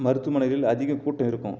மருத்துவமனைகளில் அதிகம் கூட்டம் இருக்கும்